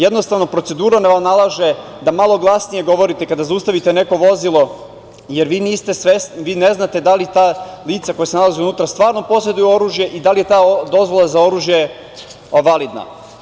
Jednostavno, procedura nalaže da malo glasnije govorite kada zaustavite neko vozilo, jer vi ne znate da li ta lica koja se nalaze unutra stvarno poseduju oružje i da li je ta dozvola za oružje validna.